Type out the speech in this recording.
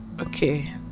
okay